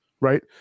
right